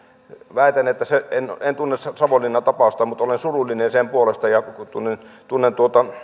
en en tunne savonlinnan tapausta mutta olen surullinen sen puolesta ja tunnen